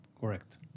correct